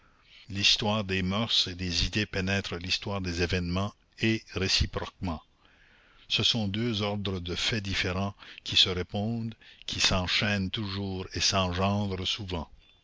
l'histoire des moeurs et des idées pénètre l'histoire des événements et réciproquement ce sont deux ordres de faits différents qui se répondent qui s'enchaînent toujours et s'engendrent souvent